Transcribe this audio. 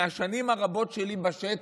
מהשנים הרבות שלי בשטח,